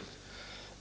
Bristen på riskkapital